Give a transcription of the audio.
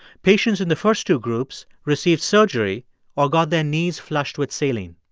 patients in the first two groups received surgery or got their knees flushed with saline